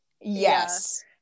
yes